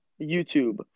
YouTube